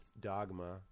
dogma